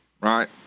right